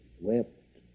wept